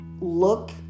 look